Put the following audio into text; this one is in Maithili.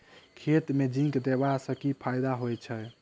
खेत मे जिंक देबा सँ केँ फायदा होइ छैय?